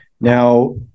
Now